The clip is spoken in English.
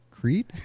Creed